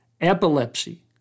epilepsy